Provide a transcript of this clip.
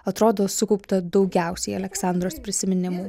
atrodo sukaupta daugiausiai aleksandros prisiminimų